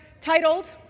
titled